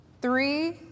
Three